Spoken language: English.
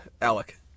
Alec